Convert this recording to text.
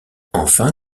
enfin